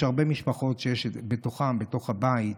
יש הרבה משפחות שבתוכן, בתוך הבית,